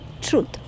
Truth